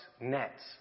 nets